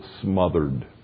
smothered